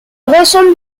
ressemble